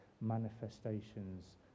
manifestations